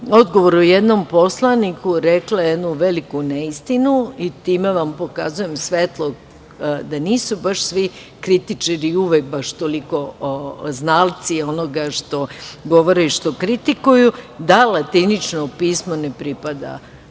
odgovoru jednom poslaniku rekla jednu veliku neistinu i time vam pokazujem svetlo da nisu baš svi kritičari uvek baš toliko znalci onoga što govore i što kritikuju, da latinično pismo ne pripada jeziku